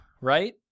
right